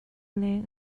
leng